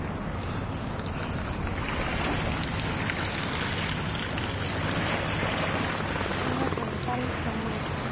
ᱱᱚᱣᱟ ᱥᱟᱱᱛᱟᱞ ᱥᱚᱢᱟᱡᱽ